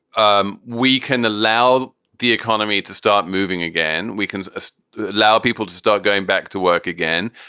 um we can allow the economy to start moving again. we can so allow people to start going back to work again.